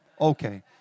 Okay